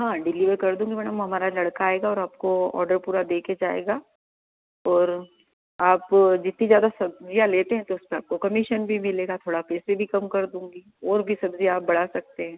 हाँ डिलीवर कर दूँगी मैडम हमारा लड़का आएगा और आपको ऑडर पूरा दे कर जाएगा ओर आप जितनी ज़्यादा सब्जियाँ लेते हैं तो उसमें आपको कमीशन भी मिलेगा थोड़ा पैसे भी कम कर दूँगी और भी सब्जी आप बढ़ा सकते हैं